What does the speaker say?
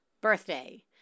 birthday